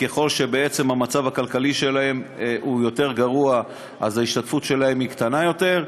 בעצם ככל שהמצב הכלכלי שלהן יותר גרוע אז ההשתתפות שלהן היא קטנה יותר,